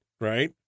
right